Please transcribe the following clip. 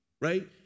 Right